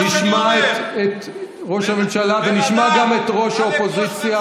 נשמע את ראש הממשלה, ונשמע גם את ראש האופוזיציה.